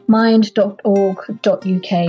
mind.org.uk